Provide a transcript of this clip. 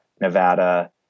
Nevada